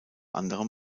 anderem